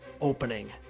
opening